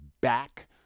back